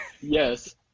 Yes